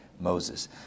Moses